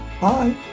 Bye